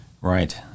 Right